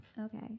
Okay